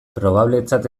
probabletzat